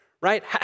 Right